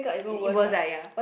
in in both like ya